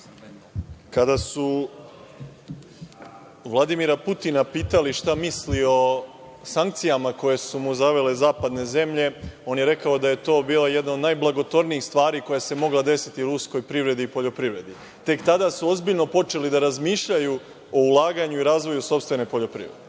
Kada su Vladimira Putina pitali šta misli o sankcijama koje su mu zavele zapadne zemlje, on je rekao da je to bila jedan od najblagotvornijih stvari koja se mogla desiti ruskoj privredi i poljoprivredi. Tek tada su ozbiljno počeli da razmišljaju o ulaganju u sopstvenu poljoprivredu. Imam